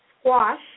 squash